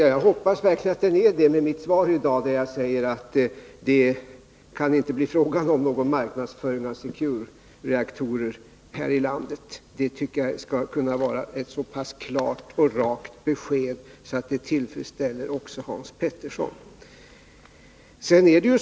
Jag hoppas verkligen att den kan anses vara det efter mitt svar i dag, där jag framhöll att det inte kan bli fråga om någon marknadsföring av Securereaktorer här i landet. Det tycker jag är ett så pass klart och rakt besked att det skall kunna tillfredsställa även Hans Petersson.